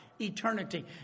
eternity